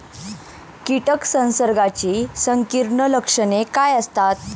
कीटक संसर्गाची संकीर्ण लक्षणे काय असतात?